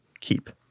keep